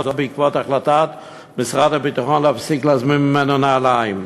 בעקבות החלטת משרד הביטחון להפסיק להזמין ממנו נעליים,